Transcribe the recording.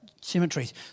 cemeteries